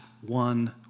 one